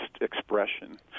expression